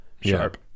sharp